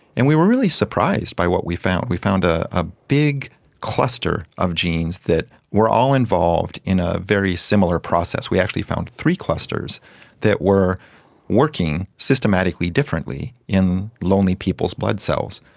and we were really surprised by what we found. we found ah a big cluster of genes that were all involved in a very similar process. we actually found three clusters that were working systematically differently in lonely people's blood cells.